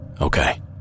Okay